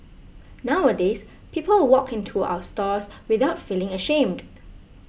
nowadays people walk in to our stores without feeling ashamed